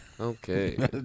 Okay